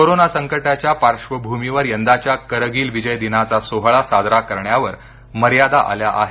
corona संकटाच्या पार्श्वभूमीवर यंदाच्या करगिल विजय दिनाचा सोहळा साजरा करण्यावर मर्यादा आल्या आहेत